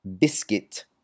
biscuit